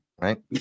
Right